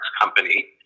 company